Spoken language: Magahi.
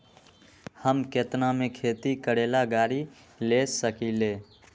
हम केतना में खेती करेला गाड़ी ले सकींले?